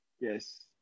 Yes